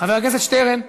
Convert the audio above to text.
חבר הכנסת שטרן.